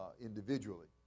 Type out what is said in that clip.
individually